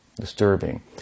disturbing